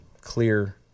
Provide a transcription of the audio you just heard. clear